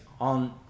on